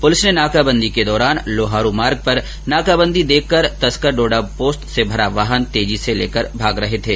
police ने नाकाबंदी के दौरान लोहारू मार्ग पर नाकाबंदी देखकर तस्कर डोडापोस्त से भरा वाहन लेकर तेजी से भाग रहे थे